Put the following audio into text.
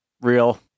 real